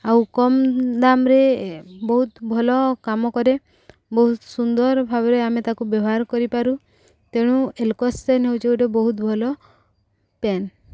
ଆଉ କମ୍ ଦାମରେ ବହୁତ ଭଲ କାମ କରେ ବହୁତ ସୁନ୍ଦର ଭାବରେ ଆମେ ତାକୁ ବ୍ୟବହାର କରିପାରୁ ତେଣୁ ଏଲକସ୍ ସାଇନ୍ ହେଉଛି ଗୋଟେ ବହୁତ ଭଲ ପେନ୍